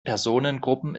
personengruppen